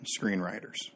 screenwriters